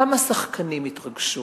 גם השחקנים התרגשו,